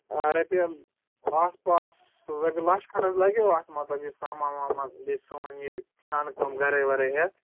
آ رۄپیہِ پانٛژٛھ پانٛژھ رۄپیہِ لَچھ کھنٛڈَس لَگو اَتھ مطلب یہِ سامان وامان بیٚیہِ سون یہِ چھانہٕ کٲم گَرٲے وَرٲے ہٮ۪تھ